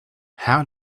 how